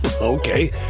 Okay